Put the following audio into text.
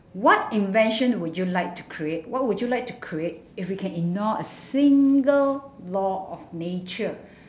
what invention would you like to create what would you like to create if you can ignore a single law of nature